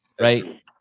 right